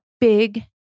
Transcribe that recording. big